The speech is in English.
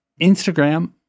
Instagram